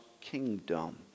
kingdom